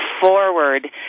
forward